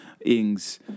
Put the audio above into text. Ings